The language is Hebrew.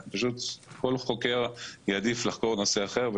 כל חוקר יעדיף לחקור נושא אחר,